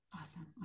Awesome